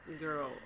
Girl